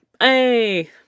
Hey